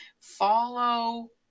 follow